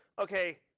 Okay